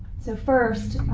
so first,